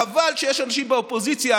חבל שיש אנשים באופוזיציה